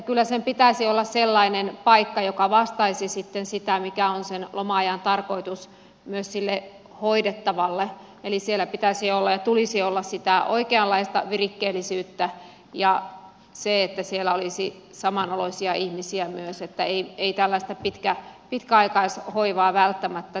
kyllä sen pitäisi olla sellainen paikka joka vastaisi sitten sitä mikä on sen loma ajan tarkoitus myös sille hoidettavalle eli siellä pitäisi olla ja tulisi olla sitä oikeanlaista virikkeellisyyttä ja siellä tulisi olla samanoloisia ihmisiä myös ei tällaista pitkäaikaishoivaa välttämättä